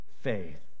faith